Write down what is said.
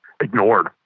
ignored